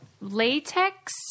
latex